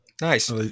Nice